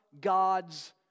God's